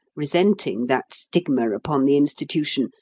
resenting that stigma upon the institution,